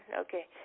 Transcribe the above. Okay